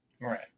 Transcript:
Right